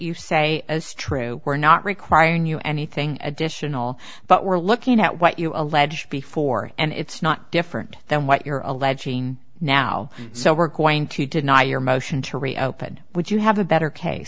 you say as true we're not requiring you anything additional but we're looking at what you allege before and it's not different than what you're alleging now so we're going to deny your motion to reopen would you have a better case